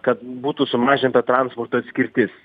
kad būtų sumažinta transporto atskirtis